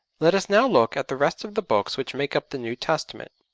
let us now look at the rest of the books which make up the new testament.